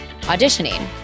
auditioning